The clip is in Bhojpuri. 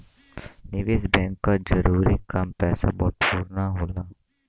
निवेस बैंक क जरूरी काम पैसा बटोरना होला